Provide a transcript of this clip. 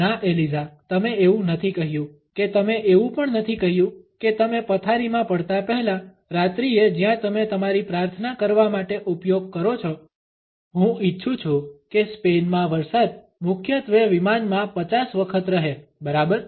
ના એલિઝા તમે એવું નથી કહ્યું કે તમે એવું પણ નથી કહ્યું કે તમે પથારીમાં પડતા પહેલા રાત્રિએ જ્યાં તમે તમારી પ્રાર્થના કરવા માટે ઉપયોગ કરો છો હું ઈચ્છું છું કે સ્પેનમાં વરસાદ મુખ્યત્વે વિમાનમાં 50 વખત રહે બરાબર